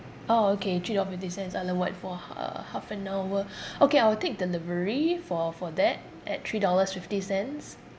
orh okay three dollar fifty cents islandwide for h~ uh half an hour okay I will take delivery for for that at three dollars fifty cents